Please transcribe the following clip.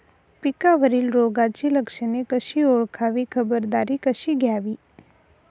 पिकावरील रोगाची लक्षणे कशी ओळखावी, खबरदारी कशी घ्यावी?